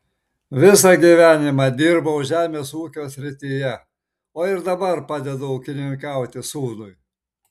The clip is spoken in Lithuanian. visą gyvenimą dirbau žemės ūkio srityje o ir dabar padedu ūkininkauti sūnui